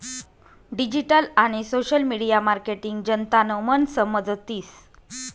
digital आणि social media marketing जनतानं मन समजतीस